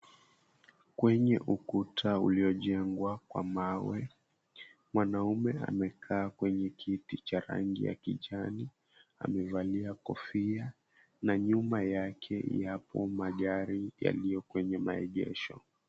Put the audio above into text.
Kwenye ukuta uliojengwa kwa mawe mwanaume amekaa kwenye kiti cha rangi ya kijani amevalia kofia na nyuma yake yapo magari yapo kwenye maegesho.